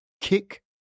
kick